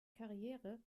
karriere